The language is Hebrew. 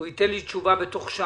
הוא ייתן לי תשובה בתוך שעה.